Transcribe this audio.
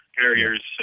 Carriers